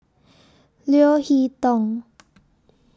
Leo Hee Tong